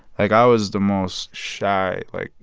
like i was the most shy like,